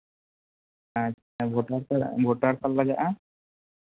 ᱟᱪᱪᱷᱟ voter card ᱞᱟᱜᱟᱜᱼᱟ